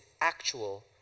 actual